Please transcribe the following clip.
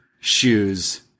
shoes